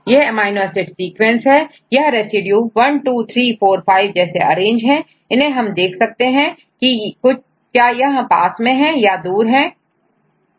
यह amino acid sequence है यह रेसिड्यू 12345जैसे अरेंज है इन्हें हम देख सकते हैं कि क्या यह पास है या दूर है